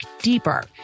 deeper